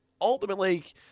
ultimately